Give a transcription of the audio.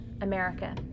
America